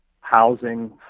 housing